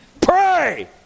Pray